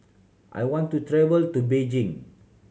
I want to travel to Beijing